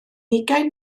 ugain